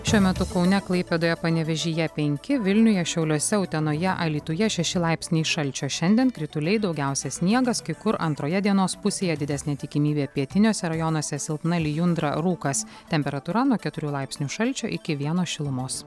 šiuo metu kaune klaipėdoje panevėžyje penki vilniuje šiauliuose utenoje alytuje šeši laipsniai šalčio šiandien krituliai daugiausia sniegas kai kur antroje dienos pusėje didesnė tikimybė pietiniuose rajonuose silpna lijundra rūkas temperatūra nuo keturių laipsnių šalčio iki vieno šilumos